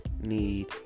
need